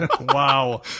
Wow